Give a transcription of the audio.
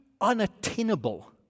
unattainable